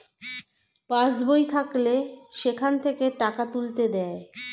pass বই থাকলে সেখান থেকে টাকা তুলতে দেয়